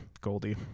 goldie